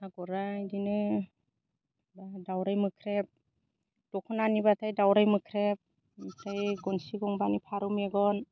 आगरा इदिनो दाउराइ मोख्रैब दख'नानिब्लाथाय दाउराइ मोख्रेब ओमफ्राय गनसि गंबानि फारौ मेगन